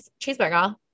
cheeseburger